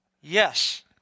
Yes